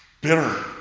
Bitter